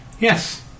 Yes